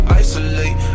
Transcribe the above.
isolate